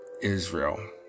Israel